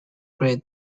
grade